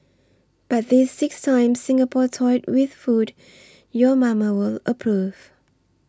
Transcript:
but these six times Singapore toyed with food your mama will approve